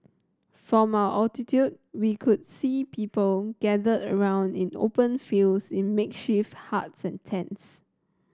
from our altitude we could see people gathered around in the open fields in makeshift huts and tents